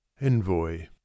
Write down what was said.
Envoy